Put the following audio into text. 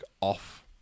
off